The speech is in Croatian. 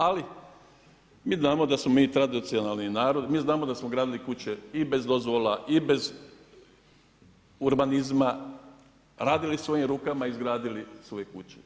Ali mi znamo da smo mi tradicionalni narod, mi znamo da smo gradili kuće i bez dozvola i bez urbanizma, radili svojim rukama, izgradili svoju kuću.